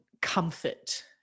comfort